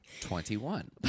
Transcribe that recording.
Twenty-one